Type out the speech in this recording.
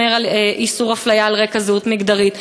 שמדבר על איסור אפליה על רקע זהות מגדרית.